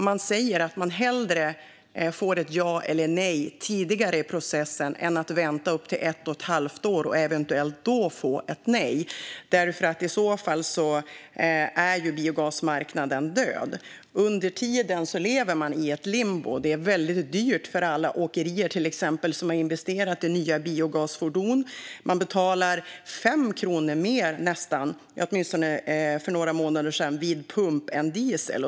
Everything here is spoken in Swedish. Man säger att man hellre får ett ja eller nej tidigare i processen än väntar upp till ett och ett halvt år och eventuellt då får ett nej, för i så fall är ju biogasmarknaden död. Under tiden lever man alltså i limbo. Det är väldigt dyrt för till exempel alla åkerier som har investerat i nya biogasfordon. För några månader sedan betalade man nästan 5 kronor mer för gas vid pump än för diesel.